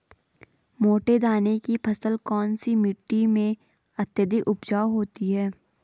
मोटे दाने की फसल कौन सी मिट्टी में अत्यधिक उपजाऊ होती है?